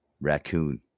Raccoon